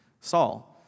Saul